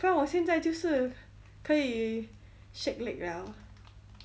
看我现在就是可以 shake leg liao